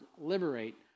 liberate